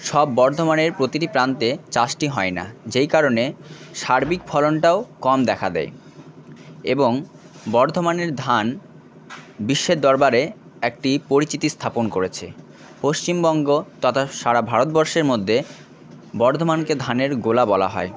সব বর্ধমানের প্রতিটি প্রান্তে চাষটি হয় না যেই কারণে সার্বিক ফলনটাও কম দেখা দেয় এবং বর্ধমানের ধান বিশ্বের দরবারে একটি পরিচিতি স্থাপন করেছে পশ্চিমবঙ্গ তথা সারা ভারতবর্ষের মধ্যে বর্ধমানকে ধানের গোলা বলা হয়